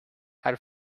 are